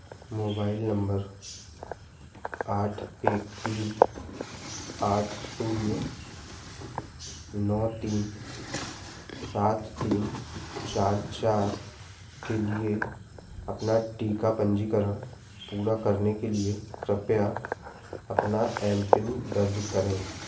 mobile number आठ एक तीन आठ शून्य नौ तीन सात तीन चार चार के लिए अपना टीका पंजीकरण पूरा करने के लिए कृपया अपना एम पिन दर्ज करें